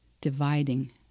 dividing